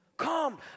Come